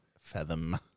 fathom